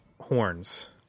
horns